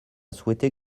souhaité